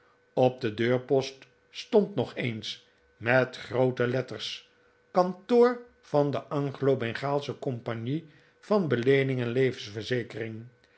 op den deurpost stond nog eens met groote letters kantoor van de anglo bengaalsche compagnie van beleening en levensverzekering